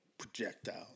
Projectiles